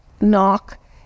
knock